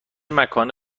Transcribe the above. مکان